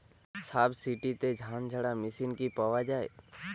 সাবসিডিতে ধানঝাড়া মেশিন কি পাওয়া য়ায়?